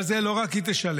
ועל זה לא רק היא תשלם,